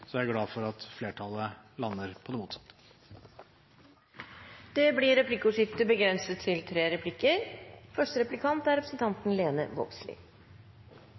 jeg glad for at flertallet lander på det motsatte. Det blir replikkordskifte.